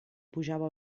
pujava